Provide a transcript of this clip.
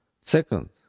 Second